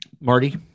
Marty